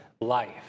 life